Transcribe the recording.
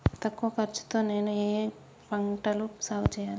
తక్కువ ఖర్చు తో నేను ఏ ఏ పంటలు సాగుచేయాలి?